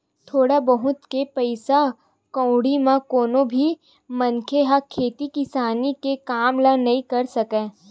थोर बहुत के पइसा कउड़ी म कोनो भी मनखे ह खेती किसानी के काम ल नइ कर सकय